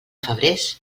febrers